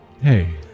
Hey